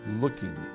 looking